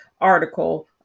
article